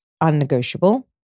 unnegotiable